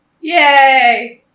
Yay